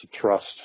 trust